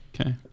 Okay